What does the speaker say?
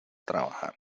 trabajar